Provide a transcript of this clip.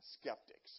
skeptics